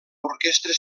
orquestra